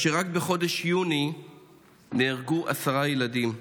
רק בחודש יוני נהרגו עשרה ילדים,